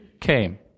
came